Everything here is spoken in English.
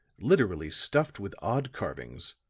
literally stuffed with odd carvings,